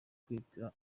kwita